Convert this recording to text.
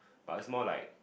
but is more like